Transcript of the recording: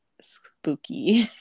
spooky